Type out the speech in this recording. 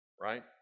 right